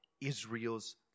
Israel's